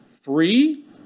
free